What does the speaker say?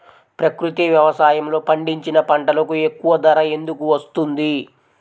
ప్రకృతి వ్యవసాయములో పండించిన పంటలకు ఎక్కువ ధర ఎందుకు వస్తుంది?